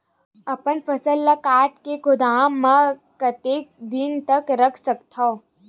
अपन फसल ल काट के गोदाम म कतेक दिन तक रख सकथव?